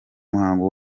muhango